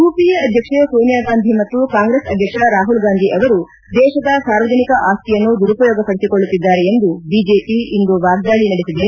UPA ಅಧ್ಯಕ್ಷೆ ಸೋನಿಯಾ ಗಾಂಧಿ ಮತ್ತು ಕಾಂಗ್ರೆಸ್ ಅಧ್ಯಕ್ಷ ರಾಹುಲ್ ಗಾಂಧಿ ಅವರು ದೇಶದ ಸಾರ್ವಜನಿಕ ಆಸ್ತಿಯನ್ನು ದುರುಪಯೋಗ ಪಡಿಸಿಕೊಳ್ಳುತ್ತಿದ್ದಾರೆ ಎಂದು ಬಿಜೆಪಿ ಇಂದು ವಾಗ್ದಾಳಿ ನಡೆಸಿದೆ